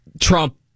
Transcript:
Trump